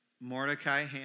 Mordecai